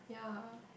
yeah